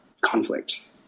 conflict